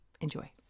Enjoy